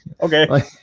Okay